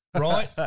right